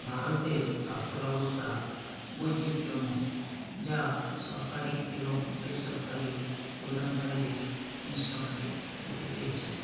ভারতের স্বাস্থ্য ব্যবস্থা বৈচিত্র্যময় যা সরকারি এবং বেসরকারি প্রদানকারীদের মিশ্রণকে জুড়ে রয়েছে